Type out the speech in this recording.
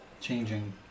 changing